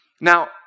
Now